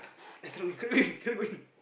cannot go in you cannot go in